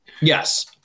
Yes